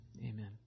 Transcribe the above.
Amen